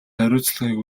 хариуцлагыг